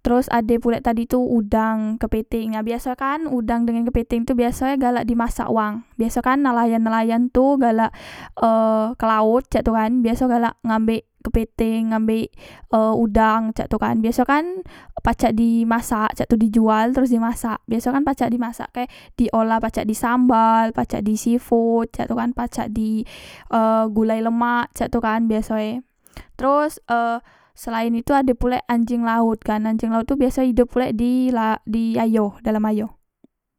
teros ade pulek tadi tu udang kepeteng nah biaso kan udang ngan kepeteng tu biaso e galak di masak wang biaso kan nelayan nelayan tu galak e ke laot cak tu kan biaso galak ngambek kepeteng ngambek ik e udang cak tu kan biaso kan pacak di masak cak tu dijual teros dimasak biaso kan pacak dimasakke di olah pacak di sambal pacak di sifood cak tu kan pacak di e gulai lemak cak tu kan biaso e teros e selaen itu ade pulek anjeng laot kan anjeng laot tu biasok e idop pulek di la di ayo dalam ayo